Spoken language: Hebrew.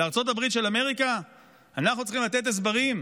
לארצות הברית של אמריקה אנחנו צריכים לתת הסברים?